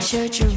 church